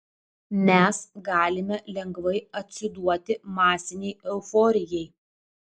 mes galime lengvai atsiduoti masinei euforijai